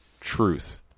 truth